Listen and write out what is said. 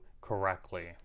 correctly